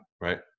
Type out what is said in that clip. right